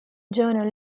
journal